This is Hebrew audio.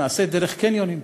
נעשית דרך קניונים.